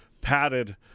padded